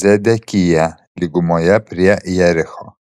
zedekiją lygumoje prie jericho